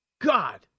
God